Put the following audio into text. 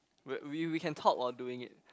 we we can talk while doing it